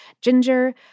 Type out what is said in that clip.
ginger